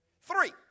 Three